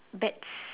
bets